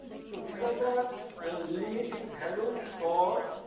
so these are the limiting values for